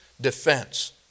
defense